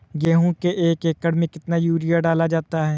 गेहूँ के एक एकड़ में कितना यूरिया डाला जाता है?